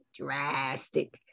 drastic